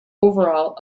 overall